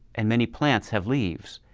and many plants have leaves,